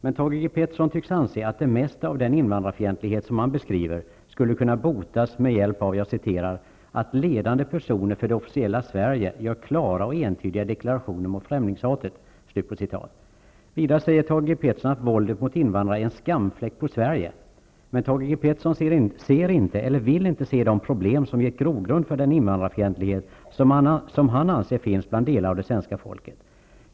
Men Thage G Peterson tycks anse att det mesta av den invandrarfientlighet som han beskriver, skulle kunna botas med hjälp av att ''ledande personer för det officiella Sverige gör klara och entydiga deklarationer mot främlingshatet''. Vidare säger Thage G Peterson att våldet mot invandrare är en skamfläck på Sverige. Men Thage G Peterson ser inte, eller vill inte se, de problem som gett grogrund för den invandrarfientlighet som han anser finns hos delar av det svenska folket.